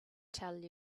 tell